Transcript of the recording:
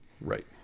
Right